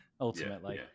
ultimately